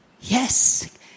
yes